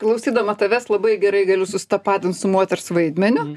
klausydama tavęs labai gerai galiu susitapatint su moters vaidmeniu